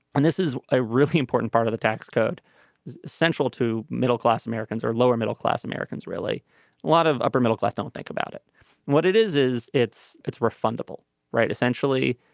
and this is a really important part of the tax code is central to middle class americans or lower middle class americans really. a lot of upper middle class don't think about it what it is is it's it's refundable right essentially.